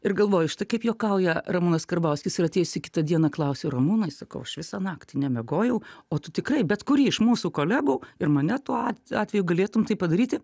ir galvoju štai kaip juokauja ramūnas karbauskis ir atėjusi kitą dieną klausiu ramūnai sakau aš visą naktį nemiegojau o tu tikrai bet kurį iš mūsų kolegų ir mane tuo atveju galėtum taip padaryti